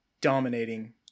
dominating